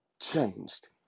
changed